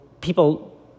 people